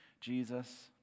Jesus